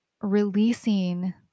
releasing